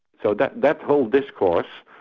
so that that whole discourse,